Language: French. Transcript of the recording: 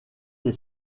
des